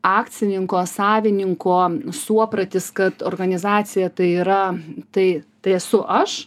akcininko savininko suopratis kad organizacija tai yra tai tai esu aš